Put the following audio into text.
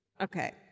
okay